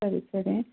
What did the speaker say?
ಸರಿ ಸರಿ